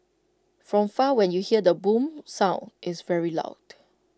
from far when you hear the boom sound it's very loud